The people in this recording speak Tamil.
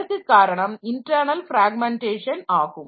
இதற்கு காரணம் இன்டர்னல் பிராக்மெண்டேஷன் ஆகும்